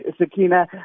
Sakina